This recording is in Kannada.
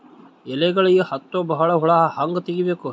ಎಲೆಗಳಿಗೆ ಹತ್ತೋ ಬಹಳ ಹುಳ ಹಂಗ ತೆಗೀಬೆಕು?